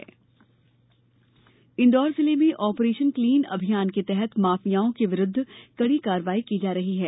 mafia कार्य वाही इंदौर जिले में ऑपरेशन क्लीन अभियान के तहत माफियाओं के विरुद्ध कड़ी कार्रवाई की जा रही है